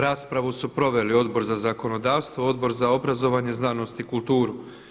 Raspravu su proveli Odbor za zakonodavstvo, Odbor za obrazovanje, znanost i kulturu.